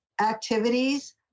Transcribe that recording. activities